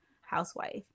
housewife